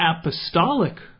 apostolic